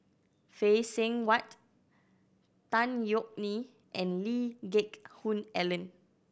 Phay Seng Whatt Tan Yeok Nee and Lee Geck Hoon Ellen